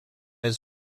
his